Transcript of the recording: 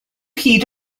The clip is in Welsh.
hyd